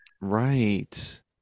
Right